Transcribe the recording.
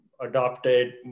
adopted